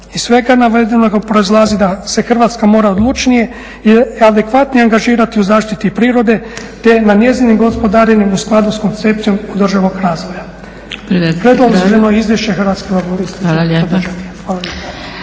Iz svega navedenog proizlazi da se Hrvatska mora odlučnije i adekvatnije angažirati u zaštiti prirode te na njezinim … u skladu s koncepcijom državnog razvoja. … /Upadica Zgrebec: Privedite kraju./ … Predloženo